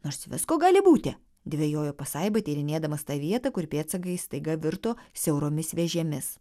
nors visko gali būti dvejojo pasaiba tyrinėdamas tą vietą kur pėdsakai staiga virto siauromis vėžėmis